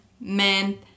men